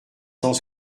cent